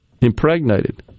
impregnated